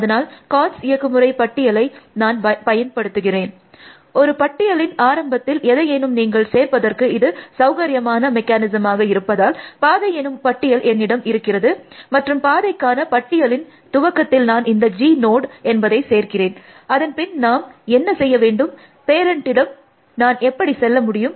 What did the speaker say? அதனால் கான்ஸ் இயக்கமுறை பட்டியலை நான் பயன்படுத்துகிறேன் ஒரு பட்டியலின் ஆரம்பத்தில் எதையேனும் நீங்கள் சேர்ப்பதற்கு இது சௌகரியமான மெக்கானிசமாக இருப்பதால் பாதை எனும் பட்டியல் என்னிடம் இருக்கிறது மற்றும் பாதைக்கான பட்டியலின் Path list துவக்கத்தில் நான் இந்த G நோட் என்பதை சேர்க்கிறேன் அதன் பின் நாம் என்ன செய்ய வேண்டும் பேரண்டிடம் நான் எப்படி செல்ல முடியும்